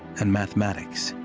and mathematics.